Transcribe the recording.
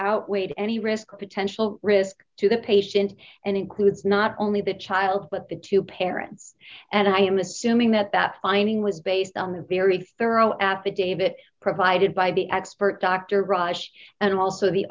outweighed any risk or potential risk to the patient and includes not only the child but the two parents and i am assuming that that finding was based on the very thorough affidavit provided by the expert dr raj and also the